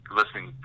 listening